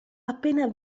appena